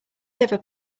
liver